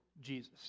Jesus